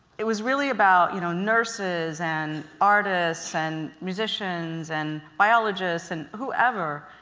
it was really about you know nurses, and artists, and musicians, and biologists, and whoever